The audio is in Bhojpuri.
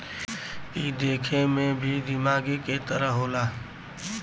ई देखे मे भी दिमागे के तरह होला